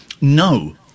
no